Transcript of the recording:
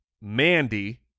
Mandy